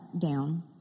down